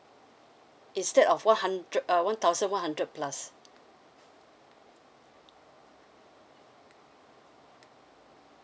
instead of one hundred uh one thousand one hundred plus